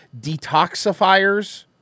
detoxifiers